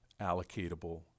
allocatable